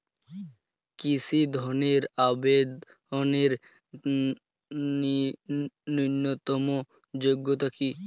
কৃষি ধনের আবেদনের ন্যূনতম যোগ্যতা কী?